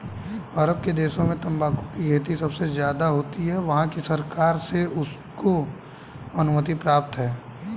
अरब के देशों में तंबाकू की खेती सबसे ज्यादा होती है वहाँ की सरकार से उनको अनुमति प्राप्त है